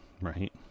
Right